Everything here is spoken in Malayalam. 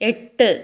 എട്ട്